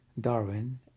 Darwin